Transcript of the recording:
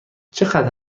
چقدر